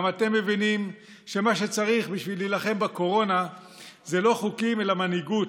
גם אתם מבינים שמה שצריך בשביל להילחם בקורונה זה לא חוקים אלא מנהיגות,